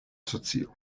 socio